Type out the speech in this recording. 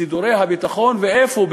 סידורי הביטחון, ואיפה?